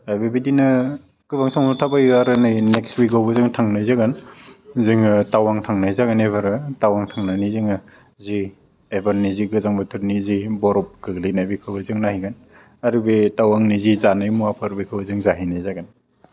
दा बेबादिनो गोबां समाव थाबायो आरो नै नेक्स उइकआवबो जों थांनाय जागोन जोङो टावां थांनाय जागोन एबार टावां थांनानै जोङो जि एबार जि गोजां बोथोरनि जि बर'फ गोग्लैनाय बेखौ जों नायगोन आरो बे टावांनि जि जानाय मुवाफोर बेखौ जों जाहैनाय जागोन